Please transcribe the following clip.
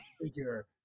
figure